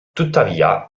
tuttavia